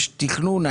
יש תכנון,